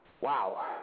Wow